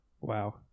Wow